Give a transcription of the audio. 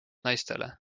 naistele